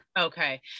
Okay